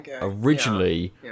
originally